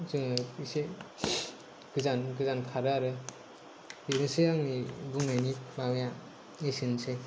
जोङो इसे गोजान गोजान खारो आरो बेनोसै आंनि बुंनायनि माबाया एसेनोसै